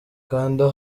kanda